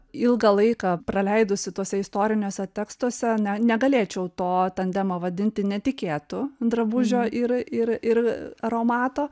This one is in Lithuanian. ilgą laiką praleidusi tuose istoriniuose tekstuose ne negalėčiau to tandemo vadinti netikėtu drabužio ir ir aromato